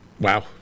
Wow